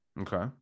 Okay